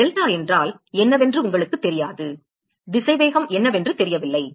delta என்றால் என்னவென்று உங்களுக்குத் தெரியாது திசைவேகம் என்னவென்று தெரியவில்லை